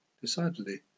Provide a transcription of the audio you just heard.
Decidedly